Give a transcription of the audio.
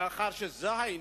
מאחר שזה כך,